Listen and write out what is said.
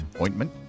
Ointment